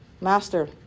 Master